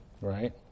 Right